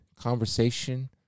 conversation